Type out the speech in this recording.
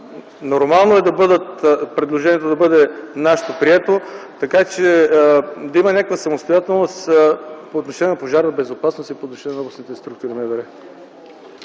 нормално нашето предложение да бъде прието, така че да има някаква самостоятелност по отношение на пожарната безопасност и по отношение на областните структури